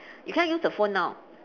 you can't use the phone now